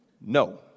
no